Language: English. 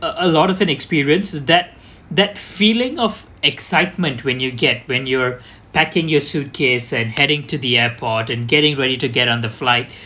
a a lot of experience that that feeling of excitement when you get when you're packing your suitcase and heading to the airport and getting ready to get on the flight